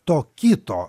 to kito